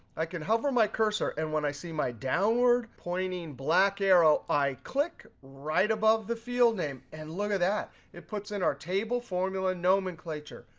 i can help her my cursor, and when i see my downward pointing black arrow, i click right above the field name, and look at that. it puts in our table formula nomenclature,